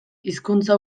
hizkuntza